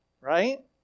right